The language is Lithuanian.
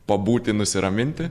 pabūti nusiraminti